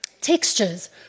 textures